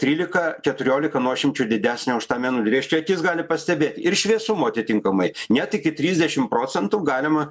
trylika keturiolika nuošimčių didesnė už tą mėnulį reiškia akis gali pastebėt ir šviesumo atitinkamai net iki trisdešim procentų galima